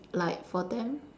like for them